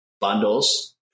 bundles